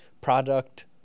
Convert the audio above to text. product